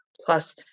Plus